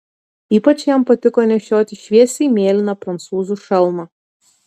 ypač jam patiko nešioti šviesiai mėlyną prancūzų šalmą